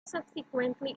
subsequently